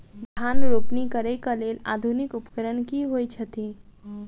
धान रोपनी करै कऽ लेल आधुनिक उपकरण की होइ छथि?